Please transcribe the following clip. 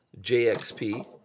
JXP